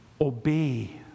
Obey